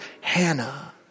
Hannah